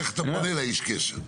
איך אתה פונה לאיש הקשר.